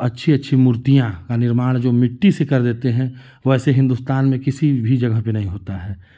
अच्छी अच्छी मूर्तियाँ का निर्माण जो मिट्टी से कर देते हैं वैसे हिंदुस्तान में किसी भी जगह पे नहीं होता है